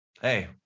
Hey